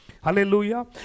Hallelujah